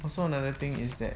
also another thing is that